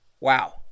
Wow